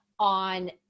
On